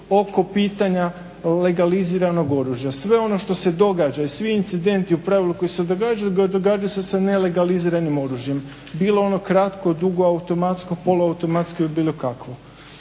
oko pitanja legaliziranog oružja. Sve ono što se događa i svi incidenti u pravilu koji se događaju, događaju se sa nelegaliziranim oružjem, bilo ono kratko, dugo, automatsko, poluautomatsko ili bilo kakvo.